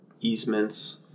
easements